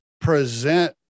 present